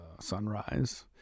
sunrise